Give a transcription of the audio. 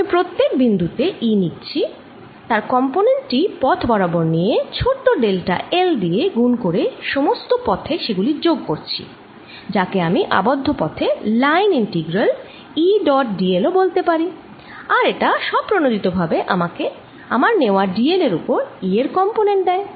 আমি প্রত্যেক বিন্দুতে E নিচ্ছি তার কম্পনেন্ট টি পথ বরাবর নিয়ে ছোট ডেল্টা l দিয়ে গুন করে সমস্ত পথে সেগুলি যোগ করছিযাকে আমি আবদ্ধ পথে line integral E dot d l ও বলতে পারি আর এটা স্বপ্রণোদিত ভাবে আমাকে আমার নেয়া d l এর ওপর E এর কম্পনেন্ট দেয়